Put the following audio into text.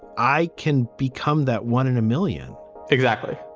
i can become that one in a million exactly